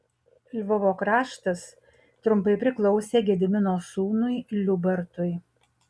lvovo kraštas trumpai priklausė gedimino sūnui liubartui